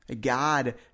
God